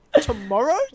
Tomorrow